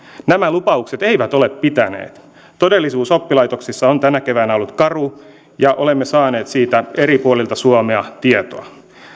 nämä lupaukset eivät ole pitäneet todellisuus oppilaitoksissa on tänä keväänä ollut karu ja olemme saaneet siitä eri puolilta suomea tietoa